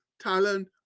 talent